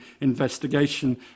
investigation